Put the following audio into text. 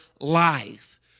life